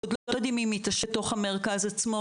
עוד לא יודעים אם היא תשב בתוך המרכז עצמו